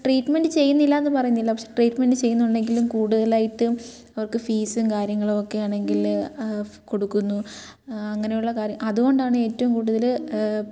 treatment ചെയ്യുന്നില്ലാന്ന് പറയുന്നില്ല പക്ഷേ ട്രീറ്റ്മെൻറ്റ് ചെയ്യുന്നുണ്ടെങ്കിലും കൂടുതലായിട്ടും അവർക്ക് ഫീസും കാര്യങ്ങളൊക്കെയാണെങ്കിൽ കൊടുക്കുന്നു അങ്ങനെയുള്ള കാര്യങ്ങൾ അതുകൊണ്ടാണ് ഏറ്റവും കൂടുതൽ